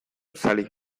salí